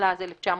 התשל"ז 1977"